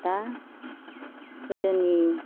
दा गोदोनि